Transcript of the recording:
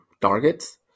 targets